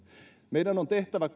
meidän on tehtävä